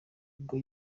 ubwo